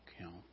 count